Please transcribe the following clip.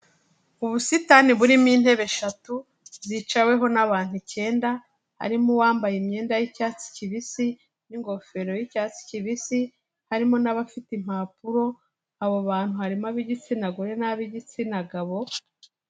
Ubusitani burimo intebe eshatu zicaweho n'abantu icyenda, harimo uwambaye imyenda y'icyatsi kibisi n'ingofero y'icyatsi kibisi, harimo n'abafite impapuro. Abo bantu harimo ab'igitsina gore n'abigitsina gabo...